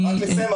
רק לסיים.